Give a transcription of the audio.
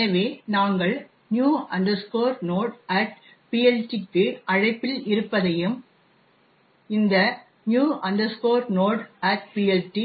எனவே நாங்கள் new nodePLTக்கு அழைப்பில் இருப்பதையும் இந்த new nodePLT